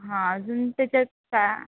हां अजून त्याच्यात का